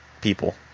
people